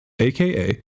aka